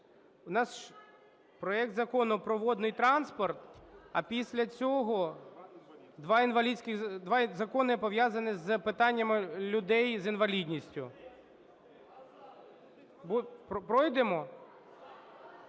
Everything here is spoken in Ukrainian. було. Проект Закону про водний транспорт, а після цього два закони, пов'язані з питанням людей з інвалідністю. Пройдемо?